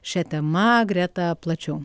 šia tema greta plačiau